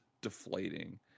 deflating